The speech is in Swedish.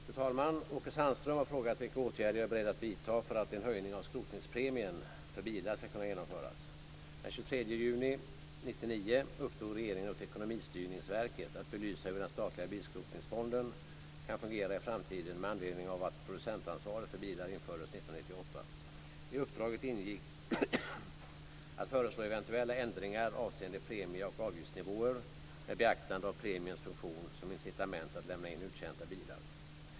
Fru talman! Åke Sandström har frågat vilka åtgärder jag är beredd att vidta för att en höjning av skrotningspremien för bilar ska kunna genomföras. Den 23 juni 1999 uppdrog regeringen åt Ekonomistyrningsverket att belysa hur den statliga bilskrotningsfonden kan fungera i framtiden med anledning av att producentansvaret för bilar infördes 1998. I uppdraget ingick att föreslå eventuella ändringar avseende premie och avgiftsnivåer med beaktande av premiens funktion som incitament att lämna in uttjänta bilar.